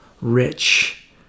rich